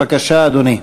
בבקשה, אדוני.